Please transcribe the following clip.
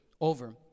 over